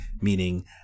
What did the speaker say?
meaning